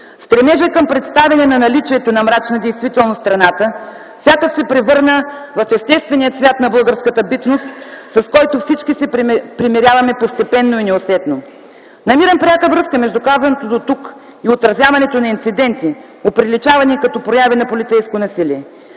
Стремежът към представяне на наличието на мрачна действителност в страната сякаш се превърна в естествения цвят на българската битност, с който всички се примиряваме постепенно и неусетно. Намирам пряка връзка между казаното дотук и отразяването на инциденти, оприличавани като прояви на полицейско насилие.